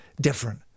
different